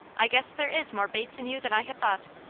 i guess there is more bates in you than i had thought!